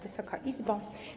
Wysoka Izbo!